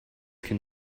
can